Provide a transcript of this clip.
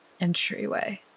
entryway